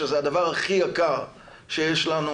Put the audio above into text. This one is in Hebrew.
שזה הדבר הכי יקר שיש לנו,